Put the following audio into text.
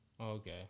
Okay